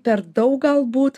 per daug galbūt